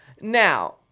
Now